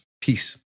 Peace